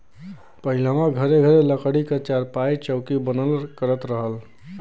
पहिलवां घरे घरे लकड़ी क चारपाई, चौकी बनल करत रहल